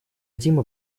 дима